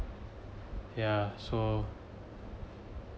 yeah so